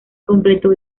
completó